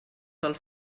pel